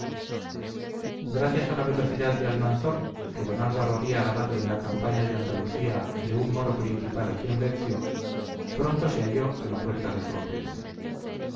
gracias a la velocidad de almanzor que don álvaro había ganado en la campaña de andalucía de un moro principal a quien venció pronto se halló a la puerta del convento